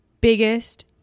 biggest